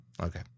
Okay